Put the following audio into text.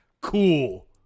Cool